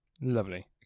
Lovely